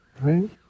right